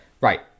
right